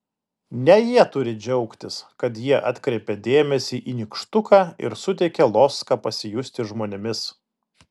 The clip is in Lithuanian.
ne jie turi džiaugtis kad jie atkreipia dėmesį į nykštuką ir suteikia loską pasijusti žmonėmis